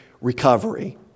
recovery